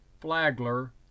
Flagler